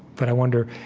but i wonder,